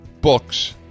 books